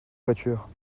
voiture